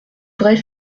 vraie